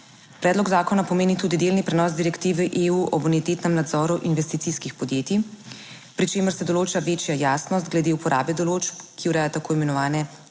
Predlog zakona pomeni tudi delni prenos direktive EU o bonitetnem nadzoru investicijskih podjetij, pri čemer se določa večja jasnost glede uporabe določb, ki ureja tako imenovane